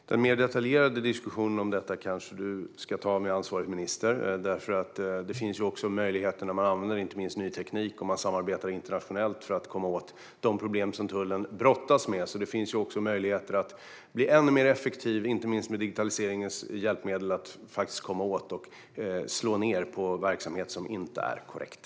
Herr talman! Den mer detaljerade diskussionen om detta kanske Olle Felten ska ta med ansvarig minister. Det finns ju också möjligheter om man använder ny teknik och samarbetar internationellt för att komma åt de problem som tullen brottas med. Det finns alltså möjligheter att bli ännu effektivare och att inte minst med digitaliseringens hjälp komma åt och slå ned på verksamhet som inte är korrekt.